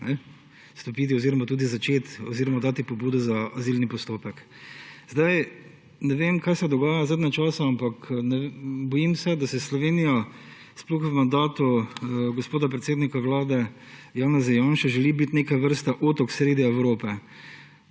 vstopiti oziroma tudi začeti oziroma dati pobudo za azilni postopek. Ne vem, kaj se dogaja zadnje čase, ampak bojim se, da Slovenija, sploh v mandatu gospoda predsednika Vlade Janeza Janše, želi biti neke vrste otok sredi Evrope.